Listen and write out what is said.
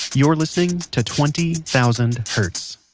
you're listening to twenty thousand hertz